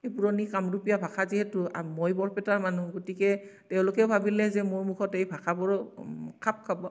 সেই পুৰণি কামৰূপীয়া ভাষা যিহেতু মই বৰপেটাৰ মানুহ গতিকে তেওঁলোকেও ভাবিলে যে মোৰ মুখত এই ভাষাবোৰো খাপ খাব